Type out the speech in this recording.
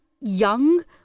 young